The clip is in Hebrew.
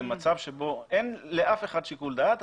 זה מצב שבו אין לאף אחד שיקול דעת.